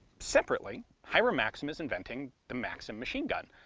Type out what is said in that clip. separately, hiram maxim is inventing the maxim machine gun,